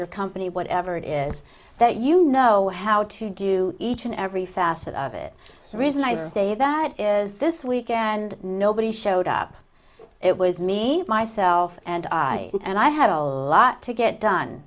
your company whatever it is that you know how to do each and every facet of it so reason i say that is this week and nobody showed up it was me myself and i and i had a lot to get done